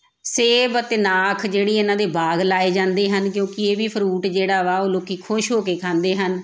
ਸੇਬ ਅਤੇ ਨਾਖ ਜਿਹੜੀ ਇਹਨਾਂ ਦੇ ਬਾਗ ਲਾਏ ਜਾਂਦੇ ਹਨ ਕਿਉਂਕਿ ਇਹ ਵੀ ਫਰੂਟ ਜਿਹੜਾ ਵਾ ਉਹ ਲੋਕੀਂ ਖੁਸ਼ ਹੋ ਕੇ ਖਾਂਦੇ ਹਨ